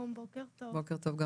בוקר טוב.